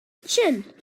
extension